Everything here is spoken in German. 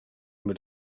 mit